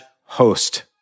host